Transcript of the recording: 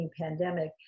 pandemic